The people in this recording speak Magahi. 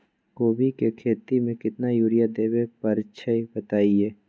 कोबी के खेती मे केतना यूरिया देबे परईछी बताई?